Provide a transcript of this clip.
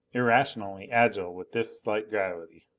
irrationally agile with this slight gravity.